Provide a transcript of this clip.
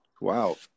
Wow